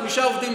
חמישה עובדים,